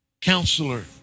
Counselor